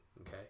Okay